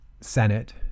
Senate